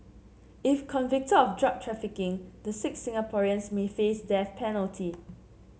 if convicted of drug trafficking the six Singaporeans may face death penalty